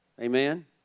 Amen